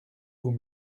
vous